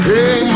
Hey